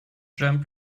jammed